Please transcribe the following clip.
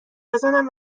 بزنم